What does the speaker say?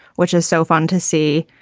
which is so fun to see.